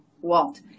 Walt